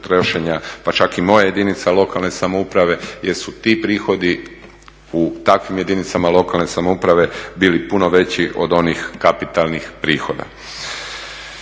pa čak i moja jedinica lokalne samouprave jer su ti prihodi u takvim jedinicama lokalne samouprave bili puno veći od onih kapitalnih prihoda.